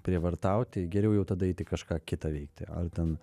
prievartauti geriau jau tada eiti kažką kitą veikti ar ten